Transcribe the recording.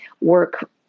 work